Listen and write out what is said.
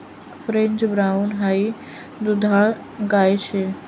French brown हाई दुधाळ गाय शे